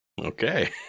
Okay